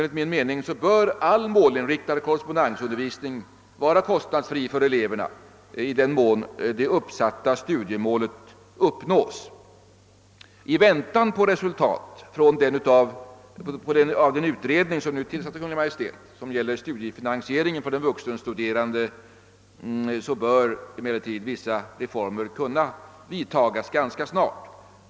Enligt min mening bör all målinriktad korrespondensundervisning vara kostnadsfri för eleverna i den mån det uppsatta studiemålet uppnås. I väntan på resultat från den utredning som nu tillsatts av Kungl. Maj:t beträffande studiefinansieringen för de vuxenstuderande bör emellertid vissa reformer kunna vidtas ganska snart.